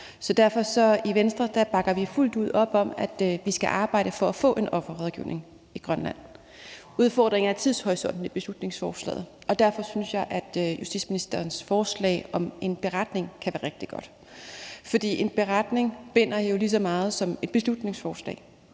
bakker vi i Venstre fuldt ud op om, at vi skal arbejde for at få en offerrådgivning i Grønland. Udfordringen er tidshorisonten i beslutningsforslaget, og derfor synes jeg, at justitsministerens forslag om en beretning kan være rigtig godt. For en beretning binder jo lige så meget som et beslutningsforslag,